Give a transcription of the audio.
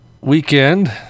weekend